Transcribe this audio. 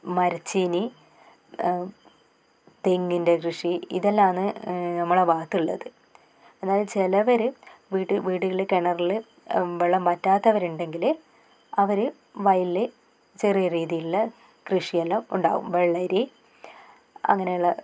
മരച്ചീനി തെങ്ങിൻ്റെ കൃഷി ഇതെല്ലാമാണ് നമ്മുടെ ഭാഗത്തുള്ളത് അതായത് ചിലവർ വീട് വീടുകളിൽ കിണറിൽ വെള്ളം വറ്റാത്തവരുണ്ടെങ്കിൽ അവർ വയലിൽ ചെറിയ രീതിയിലുള്ള കൃഷിയെല്ലാം ഉണ്ടാകും വെള്ളരി അങ്ങനെയുള്ള